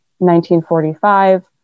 1945